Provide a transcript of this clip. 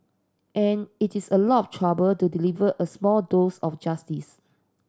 and it is a lot trouble to deliver a small dose of justice